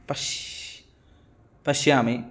पश् पश्यामि